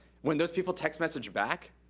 when those people text message back,